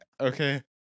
okay